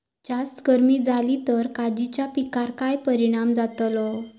जास्त गर्मी जाली तर काजीच्या पीकार काय परिणाम जतालो?